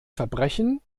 verbrechen